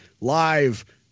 live